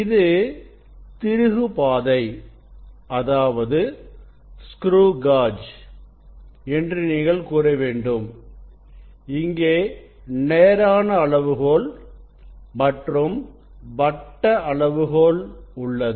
இது திருகு பாதை என்று நீங்கள் கூற வேண்டும் இங்கே நேரான அளவுகோல் மற்றும் வட்ட அளவுகோல் உள்ளது